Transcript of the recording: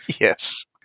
Yes